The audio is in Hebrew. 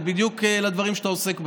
זה בדיוק על הדברים שאתה עוסק בהם.